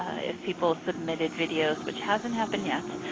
if people submitted videos, which hasn't happened yet,